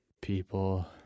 people